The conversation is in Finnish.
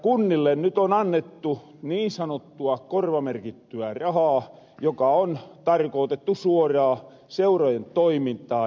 kunnille nyt on annettu niin sanottua korvamerkittyä rahaa joka on tarkootettu suoraan seurojen toimintaan